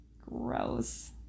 Gross